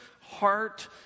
heart